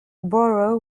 boro